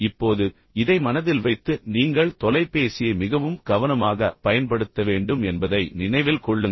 இப்போது இதை மனதில் வைத்து நீங்கள் தொலைபேசியை மிகவும் கவனமாக பயன்படுத்த வேண்டும் என்பதை நினைவில் கொள்ளுங்கள்